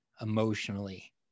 emotionally